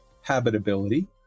habitability